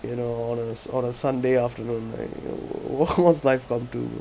you know on a on a sunday afternoon like wha~ what's life gone to